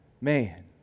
man